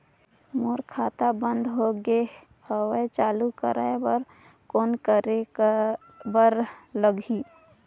मोर खाता बंद हो गे हवय चालू कराय बर कौन करे बर लगही?